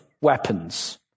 weapons